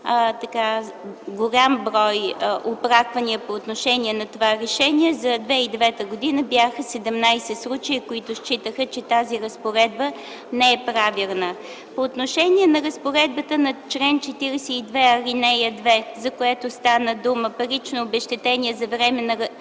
голям брой оплаквания по отношение на това решение. За 2009 г. бяха 17 случая, които считаха, че тази разпоредба не е правилна. По отношение на разпоредбата на чл. 42, ал. 2, за която стана дума – парично обезщетение за временна